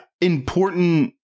important